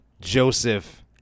Joseph